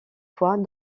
fois